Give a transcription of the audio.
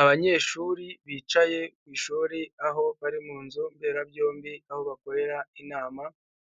Abanyeshuri bicaye ku ishuri aho bari mu nzu mberabyombi aho bakorera inama,